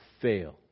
fail